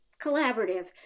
collaborative